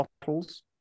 bottles